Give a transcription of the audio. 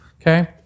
Okay